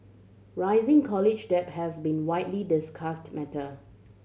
rising college debt has been widely discussed matter